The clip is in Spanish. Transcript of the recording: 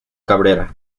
cabrera